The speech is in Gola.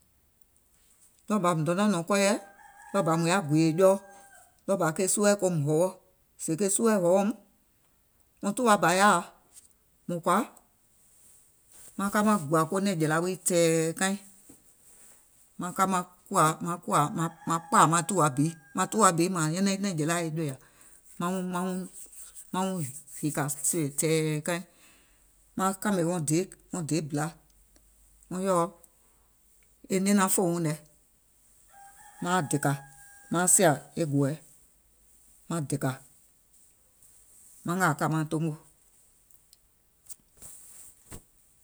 Ɗɔɔ bȧ mùŋ donȧŋ nɔ̀ŋ kɔɔyɛ mùŋ yaȧ gùùyè jɔɔ ɗɔɔ bȧ ke suuɛ̀ kium hɔwɔ. Sèè ke suuɛ̀ hɔwɔ̀ùm, wɔŋ tùwa bȧ yaào, mùŋ kɔ̀à maŋ ka maŋ gùȧ ko nɛ̀ŋjèla wii tɛ̀ɛ̀ kaiŋ maŋ ka maŋ kpȧȧ maŋ tùwa bi, maŋ tùwa bi nyɛnɛŋ e nɛ̀ŋjèlaȧ e jòyȧ, maŋ wuŋ maŋ wuŋ maŋ wuŋ hìkȧ siwè tɛ̀ɛ̀ kaiŋ, maŋ kȧmè wɔŋ deè bila wɔŋ yèɔ e ninaŋ fè wuŋ lɛ, maaŋ dèkȧ, maaŋ hàà e gòòɛ maŋ dèkȧ maŋ ngȧȧ ka maŋ tomo.